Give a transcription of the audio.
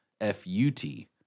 F-U-T